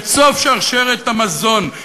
את סוף שרשרת המזון,